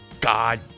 God